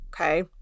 Okay